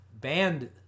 banned